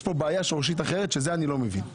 יש כאן בעיה שורשית אחרת שאותה אני לא מבין.